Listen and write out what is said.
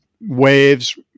waves